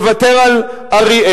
לוותר על אריאל,